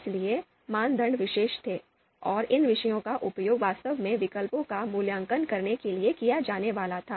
इसलिए मानदंड विषय थे और इन विषयों का उपयोग वास्तव में विकल्पों का मूल्यांकन करने के लिए किया जाने वाला था